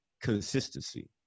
consistency